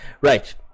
right